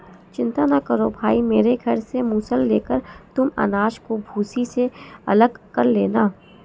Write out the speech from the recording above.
चिंता ना करो भाई मेरे घर से मूसल लेकर तुम अनाज को भूसी से अलग कर लेना